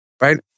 right